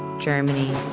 germany,